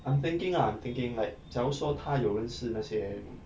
I'm thinking ah thinking like 假如说她有认识那些